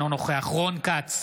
אינו נוכח רון כץ,